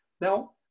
now